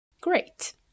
Great